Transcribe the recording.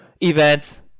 events